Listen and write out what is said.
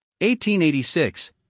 1886